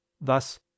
Thus